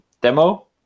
demo